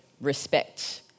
respect